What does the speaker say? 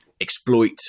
exploit